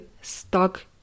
stuck